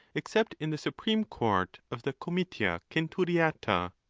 except in the supreme court of the comitia centuriata.